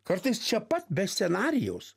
kartais čia pat be scenarijaus